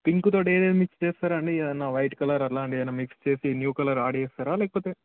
pink తోటి ఏవేవి mix చేస్తారండి ఏమన్నా వైట్ కలర్ అలాంటివేమన్నా మిక్స్ చేసి న్యూ కలర్ యాడ్ చేస్తారా లేకపోతే